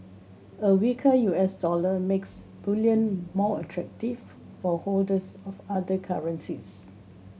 a weaker U S dollar makes bullion more attractive for holders of other currencies